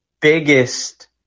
biggest